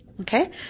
okay